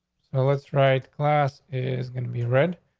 no, what's right? glass is going to be read?